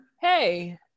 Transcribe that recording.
Hey